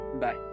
Bye